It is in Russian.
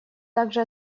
также